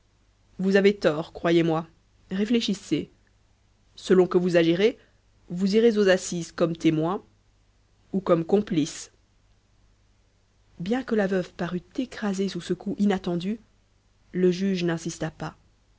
vous avez tort croyez-moi réfléchissez selon que vous agirez vous irez aux assises comme témoin ou comme complice bien que la veuve parût écrasée sous ce coup inattendu le juge n'insista pas